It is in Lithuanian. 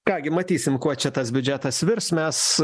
ką gi matysim kuo čia tas biudžetas virs mes